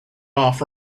off